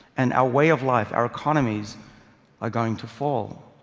and our way of life, our economies are going to fall.